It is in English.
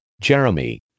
Jeremy